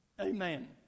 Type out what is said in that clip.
Amen